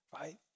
right